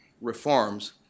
reforms